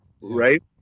Right